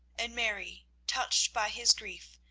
and mary, touched by his grief,